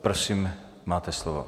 Prosím, máte slovo.